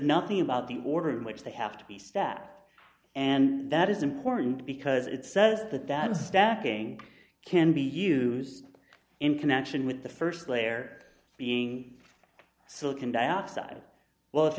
nothing about the order in which they have to be stacked and that is important because it says that that stacking can be used in connection with the st layer being silicon dioxide well if